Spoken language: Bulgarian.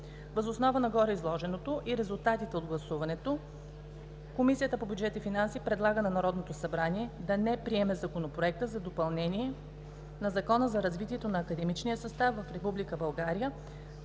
Въз основа на гореизложеното и резултатите от гласуването Комисията по бюджет и финанси предлага на Народното събрание да не приеме Законопроект за допълнение на Закона за развитието на академичния състав в Република България,